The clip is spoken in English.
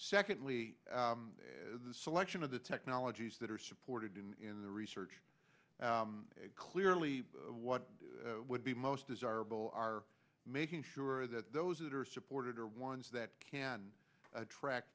secondly the selection of the technologies that are supported in the research clearly what would be most desirable are making sure that those that are supported are ones that can attract